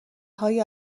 های